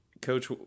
Coach